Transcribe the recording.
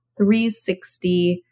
360